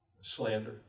slander